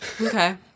Okay